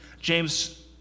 James